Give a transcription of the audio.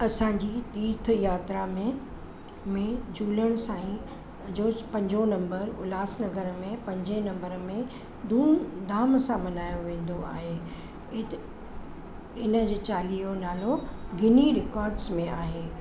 असांजी तीर्थ यात्रा में में झूलण साईं जो पंजो नंबर उल्हास नगर में पंजे नंबर में धूम धाम सां मल्हायो वेंदो आहे इनजे चालीहो नालो गिनी रिकॉड्स में आहे